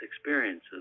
experiences